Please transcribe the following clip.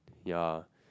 ya